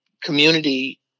community